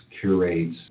curates